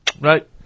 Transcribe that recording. Right